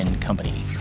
Company